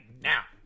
now